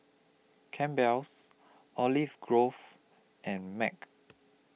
Campbell's Olive Grove and Mac